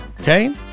okay